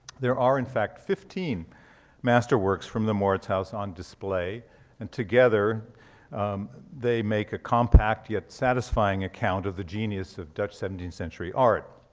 there are in fact fifteen masterworks from the mauritshuis on display and together they make a compact, yet satisfying account of the genius of dutch seventeenth century art.